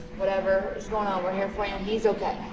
whatever is going on, we're here for you, and he's okay.